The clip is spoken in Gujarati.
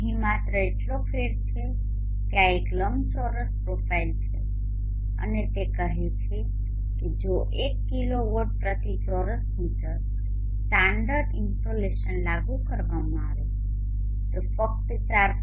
અહીં માત્ર એટલો ફેર છે કે આ એક લંબચોરસ પ્રોફાઇલ છે અને તે કહે છે કે જો 1 કિલોવોટ પ્રતિ ચોરસ મીટર સ્ટાન્ડર્ડ ઇન્સોલેશન લાગુ કરવામાં આવે તો ફક્ત 4